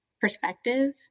perspective